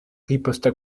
riposta